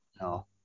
No